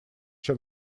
чем